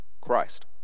Christ